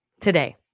today